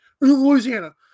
Louisiana